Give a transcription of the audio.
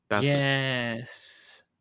Yes